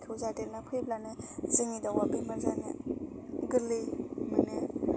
जादेरना फैब्लानो जोंनि दाउआ बेमार जानो गोरलै मोनो